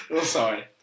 sorry